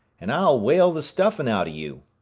and i'll whale the stuffin' outa you.